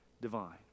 divine